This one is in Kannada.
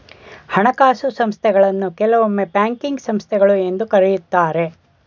ಹಣಕಾಸು ಸಂಸ್ಥೆಗಳನ್ನು ಕೆಲವೊಮ್ಮೆ ಬ್ಯಾಂಕಿಂಗ್ ಸಂಸ್ಥೆಗಳು ಎಂದು ಕರೆಯುತ್ತಾರೆ